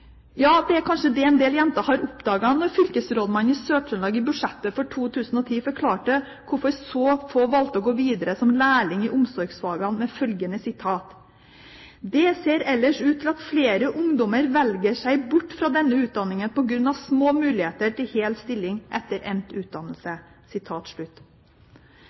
Ja, det er kanskje det en del jenter har oppdaget, når fylkesrådmannen i Sør-Trøndelag i budsjettet for 2010 forklarte hvorfor så få valgte å gå videre som lærling i omsorgsfagene: «Det ser ellers ut til at flere ungdommer velger seg bort fra denne utdanninga på grunn av små muligheter til hel stilling etter endt utdannelse.»